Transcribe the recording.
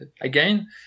again